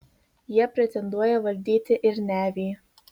jie pretenduoja valdyti ir nevį